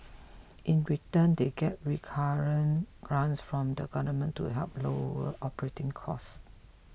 in return they get recurrent grants from the government to help lower operating costs